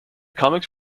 comics